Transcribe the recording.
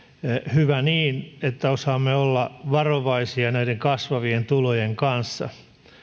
hyvä niin että osaamme olla varovaisia näiden kasvavien tulojen kanssa